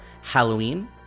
Halloween